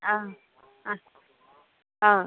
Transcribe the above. ஆ அ ஆ